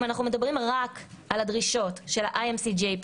אם אנחנו מדברים רק על הדרישות של ה-IMC-GAP,